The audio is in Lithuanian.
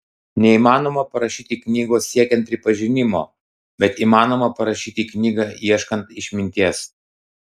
neįmanoma parašyti knygos siekiant pripažinimo bet įmanoma parašyti knygą ieškant išminties